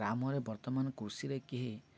ଗ୍ରାମରେ ବର୍ତ୍ତମାନ କୃଷିରେ କେହି